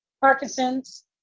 Parkinson's